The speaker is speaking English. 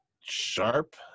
sharp